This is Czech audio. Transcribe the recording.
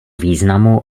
významu